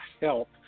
help